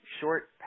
short